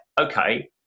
Okay